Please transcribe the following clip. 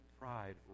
pride